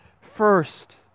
first